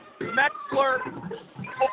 Metzler